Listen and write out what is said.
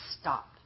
stop